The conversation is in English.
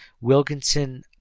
Wilkinson